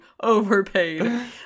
overpaid